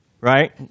right